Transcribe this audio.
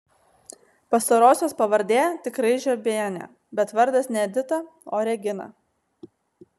pastarosios pavardė tikrai žiobienė bet vardas ne edita o regina